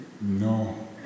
no